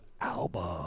album